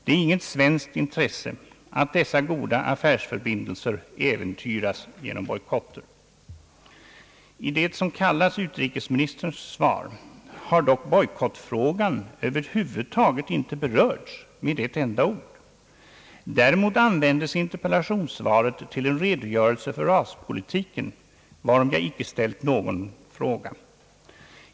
Det är inget svenskt intresse att dessa goda affärsförbindelser äventyras genom bojkotter. I det som kallas utrikesministern svar har dock bojkottfrågan över huvud taget inte berörts med ett enda ord. Däremot användes interpellationssvaret till en redogörelse för raspolitiken, varom jag icke ställt någon fråga.